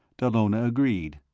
dallona agreed.